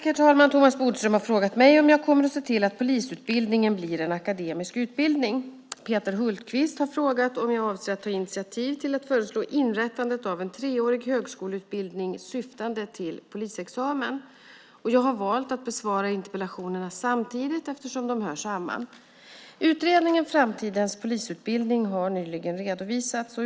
Herr talman! Thomas Bodström har frågat mig om jag kommer att se till att polisutbildningen blir en akademisk utbildning. Peter Hultqvist har frågat mig om jag avser att ta initiativ till att föreslå inrättandet av en treårig högskoleutbildning syftande till polisexamen. Jag har valt att besvara interpellationerna samtidigt, eftersom de hör samman. Utredningen Framtidens polisutbildning har nyligen redovisats.